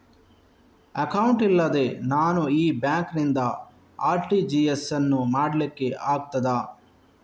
Account ಇಲ್ಲದೆ ನಾನು ಈ ಬ್ಯಾಂಕ್ ನಿಂದ ಆರ್.ಟಿ.ಜಿ.ಎಸ್ ಯನ್ನು ಮಾಡ್ಲಿಕೆ ಆಗುತ್ತದ?